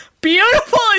Beautiful